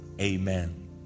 Amen